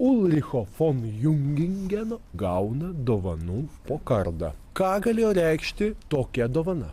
ulricho fon jungingeno gauna dovanų po kardą ką galėjo reikšti tokia dovana